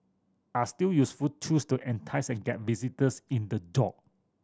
are still useful tools to entice and get visitors in the door